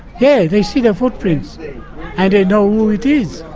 yeah they see the footprints and they know who it is.